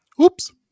Oops